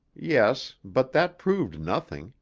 yes, but that proved nothing,